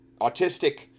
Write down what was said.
autistic